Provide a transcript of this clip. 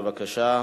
בבקשה.